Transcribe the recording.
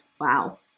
Wow